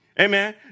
Amen